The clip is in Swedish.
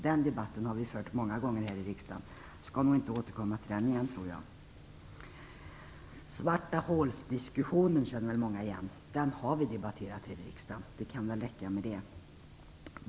Den debatten har vi fört många gånger här i riksdagen - jag skall inte nu återgå till den. Diskussionen om svarta hål känner många igen. Den frågan har vi debatterat i riksdagen, det kan väl räcka med det.